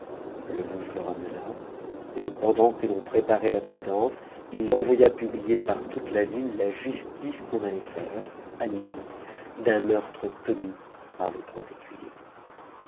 le juge le remena et pendant que l'on préparait la potence il envoya publier par toute la ville la justice qu'on allait faire à midi d'un meurtre commis par le grand écuyer